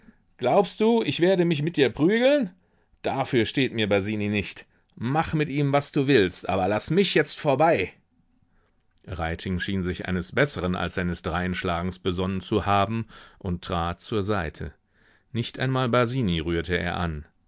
glaubst du ich werde mich mit dir prügeln dafür steht mir basini nicht mach mit ihm was du willst aber laß mich jetzt vorbei reiting schien sich eines besseren als seines dreinschlagens besonnen zu haben und trat zur seite nicht einmal basini rührte er an